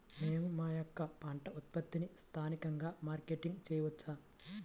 మేము మా యొక్క పంట ఉత్పత్తులని స్థానికంగా మార్కెటింగ్ చేయవచ్చా?